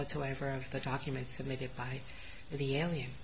whatsoever of the documents submitted by the a